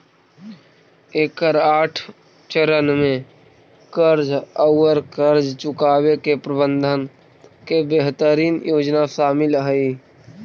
एकर आठ चरण में कर्ज औउर कर्ज चुकावे के प्रबंधन के बेहतरीन योजना शामिल हई